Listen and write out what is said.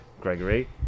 Gregory